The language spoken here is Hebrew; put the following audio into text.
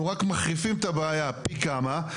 אנחנו רק מחריפים את הבעיה פי כמה,